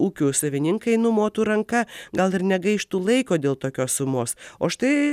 ūkių savininkai numotų ranka gal ir negaištų laiko dėl tokios sumos o štai